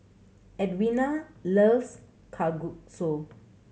Edwina loves Kalguksu